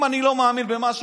אם אני לא מאמין במשהו,